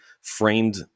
framed